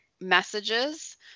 messages